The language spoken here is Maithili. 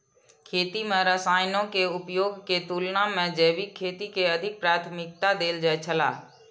खेती में रसायनों के उपयोग के तुलना में जैविक खेती के अधिक प्राथमिकता देल जाय छला